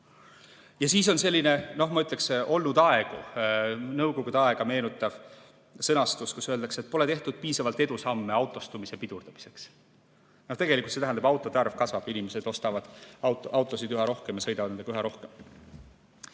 Ja siis on siin selline, ma ütleksin, endisi aegu, nõukogude aega meenutav sõnastus, kus öeldakse, et "pole tehtud piisavalt edusamme autostumise pidurdamiseks". Tegelikult see tähendab seda, et autode arv kasvab, inimesed ostavad autosid üha rohkem ja sõidavad üha rohkem.